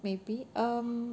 maybe um